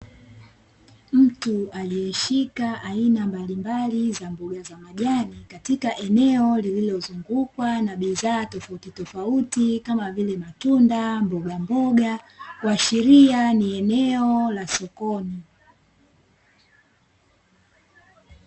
Mtu aliyeshika aina mbalimbali za mboga za majani, katika eneo lililozungukwa na bidhaa tofautitofauti, kama vile; matunda, mbogamboga, kuashiria ni eneo la sokoni.